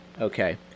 Okay